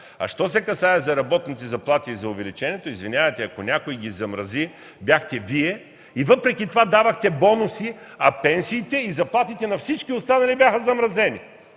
Що се касае за работните заплати и за увеличението, извинявайте, ако някой ги замрази, бяхте Вие и въпреки това давахте бонуси, а пенсиите и заплатите на всички останали бяха замразени.